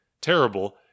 terrible